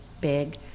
big